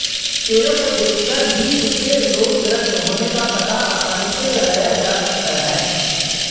पेड़ो को देखकर भी उनके रोगग्रस्त होने का पता आसानी से लगाया जा सकता है